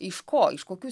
iš ko iš kokių